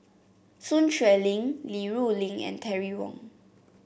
Sun Xueling Li Rulin and Terry Wong